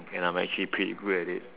and I'm actually pretty good at it